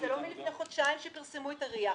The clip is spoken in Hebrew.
זה לא מלפני חודשיים כשפרסמו את ה-RIA.